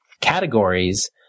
categories